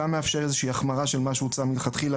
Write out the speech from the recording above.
הוא גם מאפשר איזושהי החמרה של מה שהוצע מלכתחילה